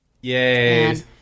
yay